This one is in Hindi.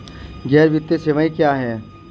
गैर वित्तीय सेवाएं क्या हैं?